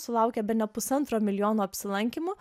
sulaukė bene pusantro milijono apsilankymų